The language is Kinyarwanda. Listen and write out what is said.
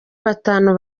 batanu